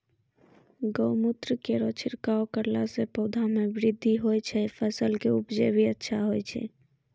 गौमूत्र केरो छिड़काव करला से पौधा मे बृद्धि होय छै फसल के उपजे भी अच्छा होय छै?